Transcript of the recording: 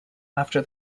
after